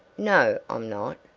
no, i'm not.